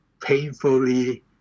painfully